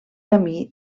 camí